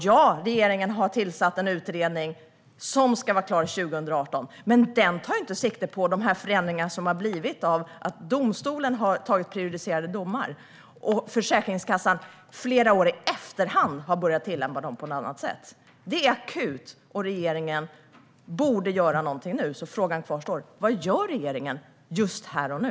Ja, regeringen har tillsatt en utredning som ska vara klar 2018, men den tar inte sikte på de förändringar som har skett på grund av att domstolen har meddelat prejudicerande domar. Flera år i efterhand har Försäkringskassan ändrat sin tillämpning. Situationen är akut, och regeringen borde göra någonting nu. Så frågan kvarstår: Vad gör regeringen just här och nu?